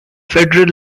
federal